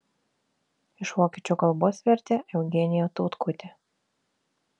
iš vokiečių kalbos vertė eugenija tautkutė